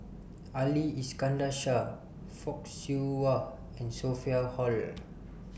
Ali Iskandar Shah Fock Siew Wah and Sophia Hull